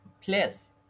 place